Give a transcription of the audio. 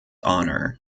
honour